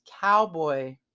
Cowboy